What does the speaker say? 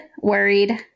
worried